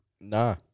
Nah